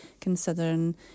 considering